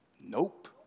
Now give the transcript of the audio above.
Nope